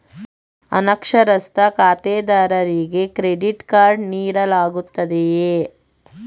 ಅನಕ್ಷರಸ್ಥ ಖಾತೆದಾರರಿಗೆ credit card ನೀಡಲಾಗುತ್ತದೆಯೇ?